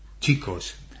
chicos